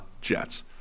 jets